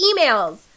emails